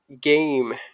game